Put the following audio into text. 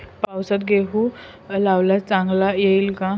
पावसाळ्यात गहू लावल्यास चांगला येईल का?